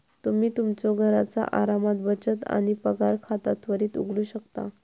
तुम्ही तुमच्यो घरचा आरामात बचत आणि पगार खाता त्वरित उघडू शकता